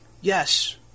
...yes